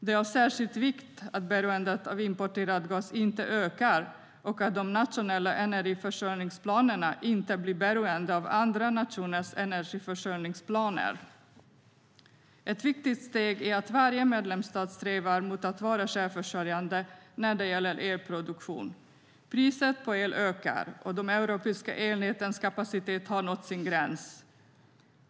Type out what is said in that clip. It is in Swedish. Det är av särskild vikt att beroendet av importerad gas inte ökar och att de nationella energiförsörjningsplanerna inte blir beroende av andra nationers energiförsörjningsplaner. Ett viktigt steg är att varje medlemsstat strävar mot att vara självförsörjande när det gäller elproduktion. Priset på el ökar, och de europeiska elnätens kapacitet har nått sin gräns.